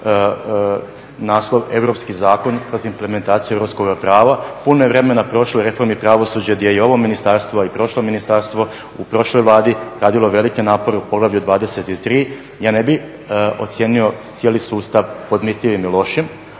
naslov Europski zakon kroz implementaciju europskoga prava, puno je vremena prošlo, reformi i pravosuđe gdje je i ovo ministarstvo i prošlo ministarstvo u prošloj Vladi radilo velike napore u poglavlju 23. Ja ne bih ocijenio cijeli sustav podmitljivim i lošim,